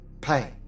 pay